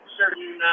certain